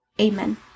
Amen